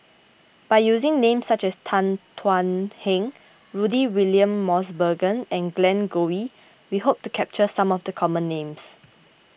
by using names such as Tan Thuan Heng Rudy William Mosbergen and Glen Goei we hope to capture some of the common names